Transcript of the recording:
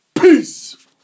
Peace